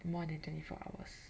more than twenty four hours